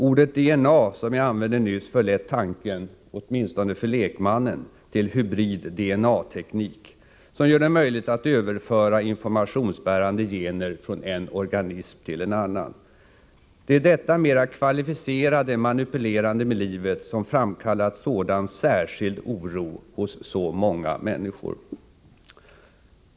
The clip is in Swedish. Ordet DNA, som jag använde nyss, för lätt tanken — åtminstone för lekmannen -— till hybrid-DNA-teknik, som gör det möjligt att överföra informationsbärande gener från en organism till en annan. Det är detta mera kvalificerade manipulerande med livet som framkallat sådan särskild oro hos så många människor.